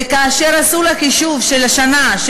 וכאשר עשו לה חישוב של השנה,